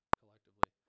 collectively